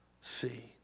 see